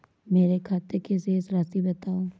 मेरे खाते की शेष राशि बताओ?